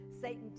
Satan